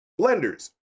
Blenders